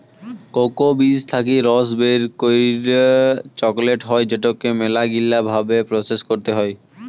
cocoa বীজ থাকি রস বের করই চকলেট হই যেটোকে মেলাগিলা ভাবে প্রসেস করতে হই